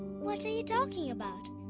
what are you talking about?